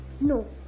No